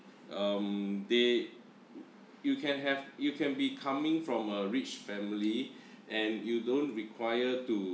um they you can have you can be coming from a rich family and you don't require to